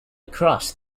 across